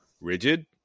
rigid